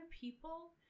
people